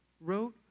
wrote